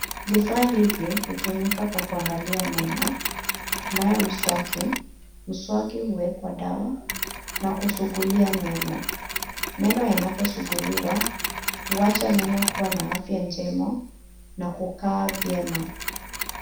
Vifaa hivi hutumika kwa kuangalia meno, kunayo mswaki, mswaki umewekwa dawa na kusugulia meno. Meno yanaposuguliwa huwacha meno ikiwa na afya njema na kukaa vyema.